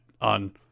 on